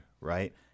right